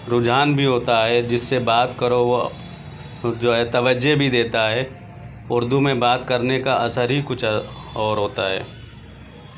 رجحان بھی ہوتا ہے جس سے بات کرو وہ جو ہے توجہ بھی دیتا ہے اردو میں بات کرنے کا اثر ہی کچھ اور اور ہوتا ہے